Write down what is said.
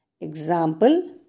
Example